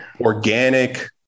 organic